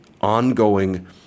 ongoing